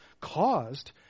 caused